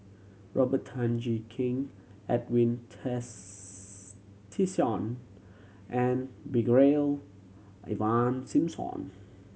Robert Tan Jee Keng Edwin Tessensohn and Brigadier Ivan Simson